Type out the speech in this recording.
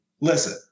listen